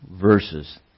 verses